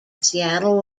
seattle